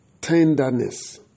tenderness